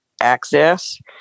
access